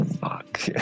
Fuck